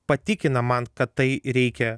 patikina man kad tai reikia